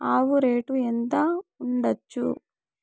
ఆవు రేటు ఎంత ఉండచ్చు?